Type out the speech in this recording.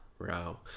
wow